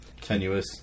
tenuous